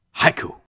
Haiku